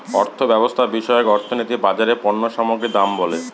অর্থব্যবস্থা বিষয়ক অর্থনীতি বাজারে পণ্য সামগ্রীর দাম বলে